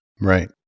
Right